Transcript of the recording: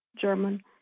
German